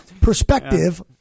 perspective